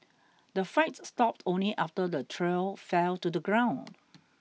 the fright stopped only after the trio fell to the ground